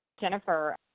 Jennifer